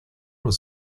was